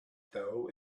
though